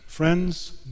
Friends